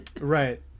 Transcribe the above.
Right